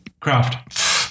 Craft